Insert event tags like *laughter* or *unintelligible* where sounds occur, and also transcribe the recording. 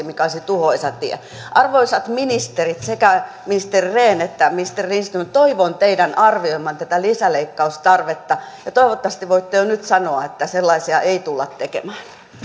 *unintelligible* mikä olisi tuhoisa tie arvoisat ministerit sekä ministeri rehn että ministeri lindström toivon teidän arvioivan tätä lisäleikkaustarvetta ja toivottavasti voitte jo nyt sanoa että sellaisia ei tulla tekemään